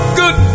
good